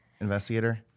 investigator